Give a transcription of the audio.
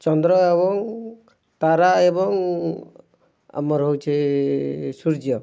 ଚନ୍ଦ୍ର ଏବଂ ତାରା ଏବଂ ଆମର୍ ହେଉଛେ ସୂର୍ଯ୍ୟ